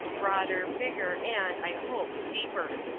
broader, bigger and, i hope, deeper.